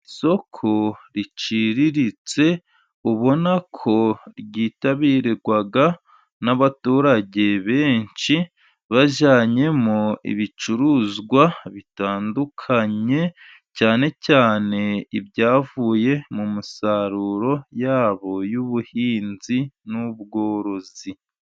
Isoko riciriritse, ubona ko ryitabirwa n'abaturage benshi bajyanyemo ibicuruzwa bitandukanye, cyane cyane ibyavuye mu musaruro yabo y'ubuhinzi n'ubworozi.